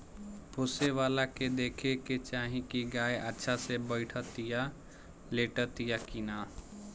पोसेवला के देखे के चाही की गाय अच्छा से बैठतिया, लेटतिया कि ना